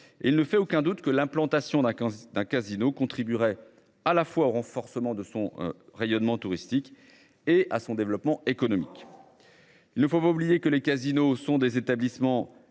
il ne fait aucun doute que l'implantation d'un d'un casino contribuerait à la fois au renforcement de son rayonnement touristique et à son développement économique. Il ne faut pas oublier que les casinos sont des établissements